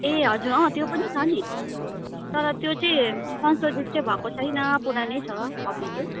ए हजुर त्यो पनि छ नि तर त्यो चाहिँ संशोधित चाहिँ भएको छैन पुरानो छ कपी चाहिँ